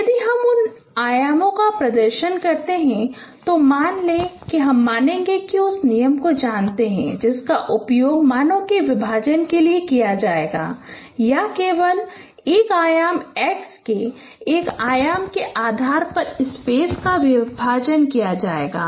यदि हम उन आयामों का प्रदर्शन करते है तो मान लें कि हम मानेंगे कि उस नियम को जानते हैं जिसका उपयोग मानों के विभाजन के लिए किया जाएगा या केवल एक आयाम x के एक आयाम के आधार पर स्पेस का विभाजन किया जाएगा